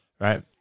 right